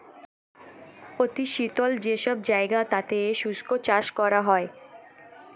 অতি শীতল যে সব জায়গা তাতে শুষ্ক চাষ করা হয়